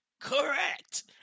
Correct